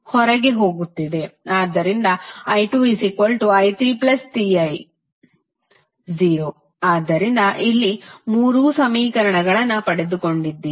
ಆದ್ದರಿಂದ i2i33I0 ಆದ್ದರಿಂದ ಇಲ್ಲಿ ಮೂರು ಸಮೀಕರಣಗಳನ್ನು ಪಡೆದುಕೊಂಡಿದ್ದೀರಿ